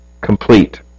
complete